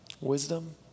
wisdom